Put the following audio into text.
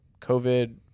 COVID